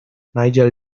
nigel